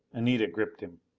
anita gripped him.